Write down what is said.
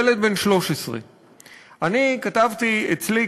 ילד בן 13. אני כתבתי אצלי,